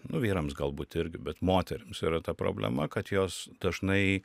nu vyrams galbūt irgi bet moterims yra ta problema kad jos dažnai